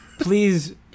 Please